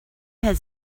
had